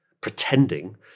pretending